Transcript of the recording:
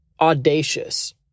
audacious